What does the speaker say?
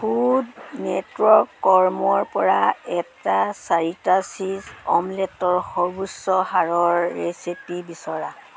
food network কৰ্মৰপৰা এটা চাৰিটা চীজ অ'মলেটৰ সৰ্বোচ্চ হাৰৰ ৰেচিপি বিচৰা